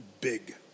Big